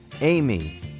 Amy